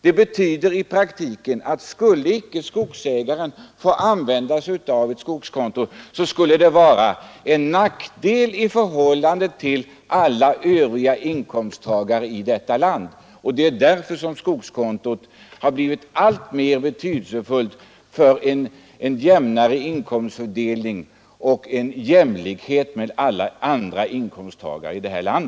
Det betyder i praktiken att skulle skogsägaren inte få använda sig av ett skogskonto, skulle det vara en nackdel i förhållande till alla övriga inkomsttagare i detta land. Det är därför som skogskontot har blivit alltmer betydelsefullt för en jämnare inkomstfördelning och för att skogsägarna skall uppnå jämlikhet med alla andra inkomsttagare i detta land.